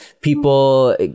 people